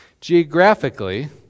geographically